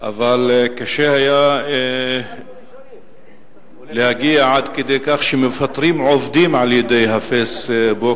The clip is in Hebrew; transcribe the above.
אבל קשה היה להגיע עד כדי כך שמפטרים עובדים על-ידי ה"פייסבוק",